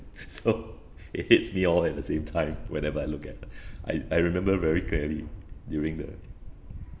so it hits me all at the same time whenever I look at her I I remember very clearly during the